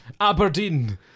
Aberdeen